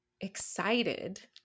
excited